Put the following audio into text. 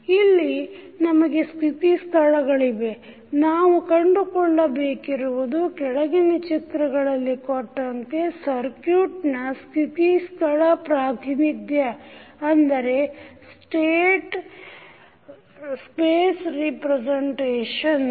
ಇಲ್ಲಿ ನಮಗೆ ಸ್ಥಿತಿ ಸ್ಥಳಗಳಿವೆ ನಾವು ಕಂಡುಕೊಳ್ಳಬೇಕಿರುವುದು ಕೆಳಗಿನ ಚಿತ್ರಗಳಲ್ಲಿ ಕೊಟ್ಟಂತೆ ಸರ್ಕ್ಯೂಟ್ನ ಸ್ಥಿತಿ ಸ್ಥಳ ಪ್ರಾತಿನಿಧ್ಯವನ್ನು